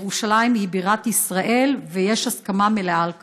ירושלים היא בירת ישראל, ויש הסכמה מלאה על כך.